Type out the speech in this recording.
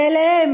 ואליהם,